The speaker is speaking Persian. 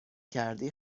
کردی